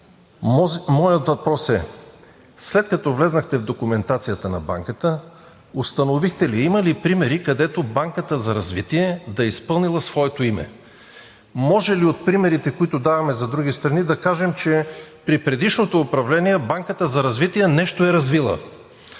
моят въпрос е: след като влезнахте в документацията на Банката, установихте ли, има ли примери, където Банката за развитие да е изпълнила своето име? Може ли от примерите, които даваме за други страни, да кажем, че при предишното управление Банката за развитие нещо е развила,